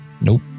Nope